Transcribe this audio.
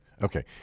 Okay